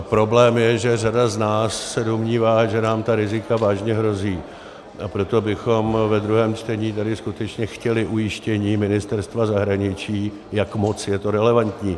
Problém je, že řada z nás se domnívá, že nám ta rizika vážně hrozí, a proto bychom ve druhém čtení tady skutečně chtěli ujištění Ministerstva zahraničí, jak moc je to relevantní.